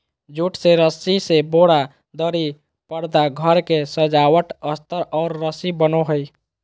jute से रस्सी से बोरा, दरी, परदा घर के सजावट अस्तर और रस्सी बनो हइ